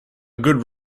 good